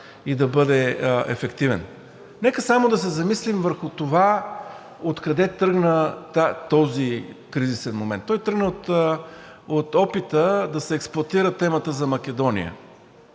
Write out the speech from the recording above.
и да бъде ефективен. Нека само да се замислим върху това, откъде тръгна този кризисен момент? Той тръгна от опита да се експлоатира темата за Македония